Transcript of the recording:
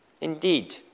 Indeed